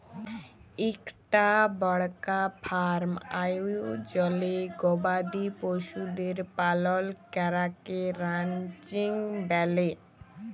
ইকটা বড়কা ফার্ম আয়জলে গবাদি পশুদের পালল ক্যরাকে রানচিং ব্যলে